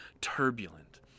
turbulent